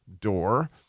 door